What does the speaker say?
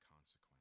consequence